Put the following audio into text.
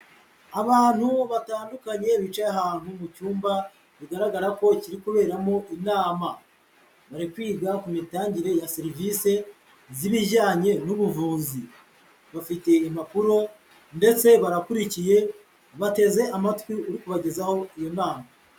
Abantu batandukanye bicaye ahantu mu cyumba bigaragara ko kiri kuberamo inama, bari kwiga ku mitangire ya serivisi z'ibijyanye n'ubuvuzi, bafite impapuro ndetse barakurikiye, bateze amatwi uri kubagezaho iyo nama.